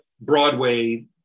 Broadway